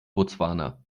botswana